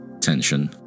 tension